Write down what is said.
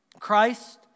Christ